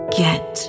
get